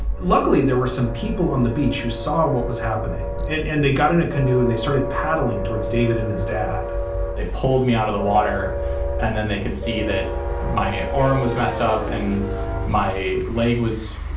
luckily, there were some people on the beach who saw what was happening and they got in a canoe and they started paddling towards david and his dad they pulled me out of the water and then they could see that my arm was messed up and my leg was,